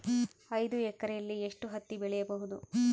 ಐದು ಎಕರೆಯಲ್ಲಿ ಎಷ್ಟು ಹತ್ತಿ ಬೆಳೆಯಬಹುದು?